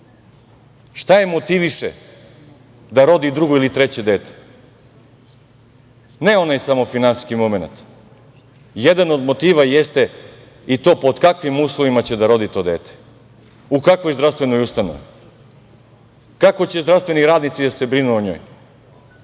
prvorotku da rodi drugo ili treće dete? Ne samo onaj finansijski momenat, jedan od motiva jeste i to pod kakvim uslovima će da rodi to dete, u kakvoj zdravstvenoj ustanovi, kako će zdravstveni radnici da se brinu o njoj,